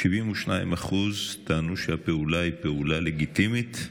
טענו שהפעולה היא פעולה לגיטימית,